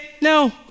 no